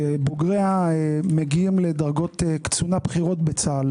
שבוגריה מגיעים לדרגות קצונה בכירות בצה"ל